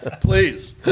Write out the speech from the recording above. Please